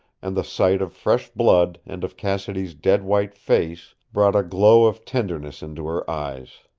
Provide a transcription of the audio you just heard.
and the sight of fresh blood and of cassidy's dead-white face brought a glow of tenderness into her eyes.